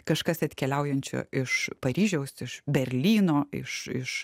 kažkas atkeliaujančio iš paryžiaus iš berlyno iš iš